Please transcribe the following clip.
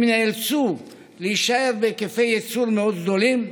הם נאלצו להישאר בהיקפי ייצור מאוד גדולים,